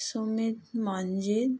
Sumit Manjit